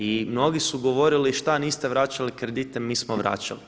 I mnogi su govorili šta niste vraćali kredite, mi smo vraćali.